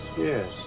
yes